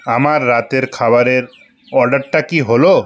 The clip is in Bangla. আমার রাতের খাবারের অর্ডারটা কি হলো